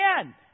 again